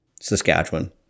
Saskatchewan